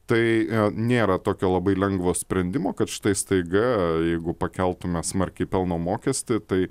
tai nėra tokio labai lengvo sprendimo kad štai staiga jeigu pakeltume smarkiai pelno mokestį tai